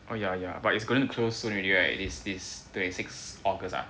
oh ya ya but it's going to close soon already right this this twenty six August ah